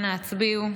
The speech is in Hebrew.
אנא הצביעו.